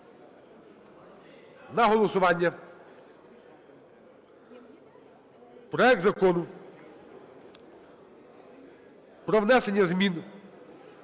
на голосування проект Закону про внесення змін